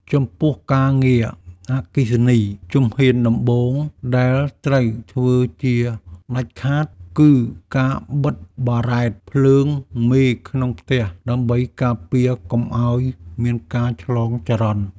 ចំពោះការងារអគ្គិសនី ជំហានដំបូងដែលត្រូវធ្វើជាដាច់ខាត គឺការបិទបារ៉ែតភ្លើងមេក្នុងផ្ទះដើម្បីការពារកុំឱ្យមានការឆ្លងចរន្ត។